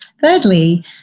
Thirdly